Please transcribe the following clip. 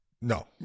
No